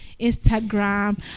instagram